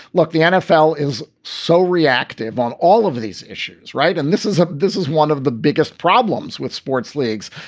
look, the nfl is so reactive on all of these issues, right? and this is this is one of the biggest problems with sports leagues.